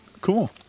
Cool